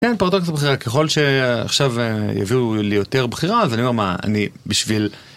כן פרדוקס ככל שעכשיו יביאו לי יותר בחירה אז אני אומר מה אני בשביל